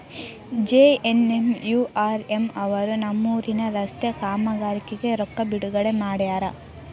JNNURM ಅವರು ನಮ್ಮೂರಿನ ರಸ್ತೆ ಕಾಮಗಾರಿಗೆ ರೊಕ್ಕಾ ಬಿಡುಗಡೆ ಮಾಡ್ಯಾರ